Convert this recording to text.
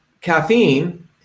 Caffeine